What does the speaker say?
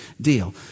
deal